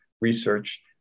research